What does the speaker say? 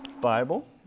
Bible